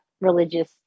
religious